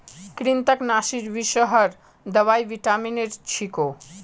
कृन्तकनाशीर विषहर दवाई विटामिनेर छिको